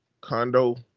condo